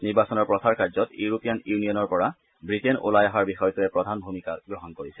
নিৰ্বাচনৰ প্ৰচাৰ কাৰ্যত ইউৰোপীয়ান ইউনিয়নৰ পৰা ৱিটেইন ওলাই অহাৰ বিষয়টোৱে প্ৰধান ভূমিকা গ্ৰহণ কৰিছে